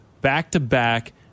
back-to-back